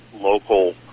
local